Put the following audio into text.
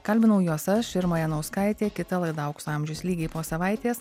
kalbinau juos aš irma janauskaitė kita laida aukso amžius lygiai po savaitės